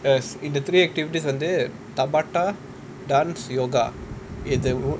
as in the three activities a day tabata dance yoga it's a